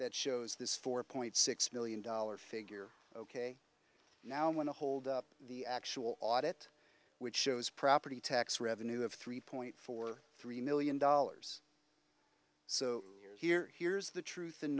that shows this four point six million dollar figure ok now i'm going to hold up the actual audit which shows property tax revenue of three point four three million dollars so you're here here's the truth